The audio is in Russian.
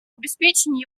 обеспечении